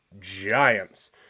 Giants